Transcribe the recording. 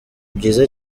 byiza